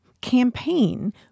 campaign